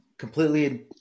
completely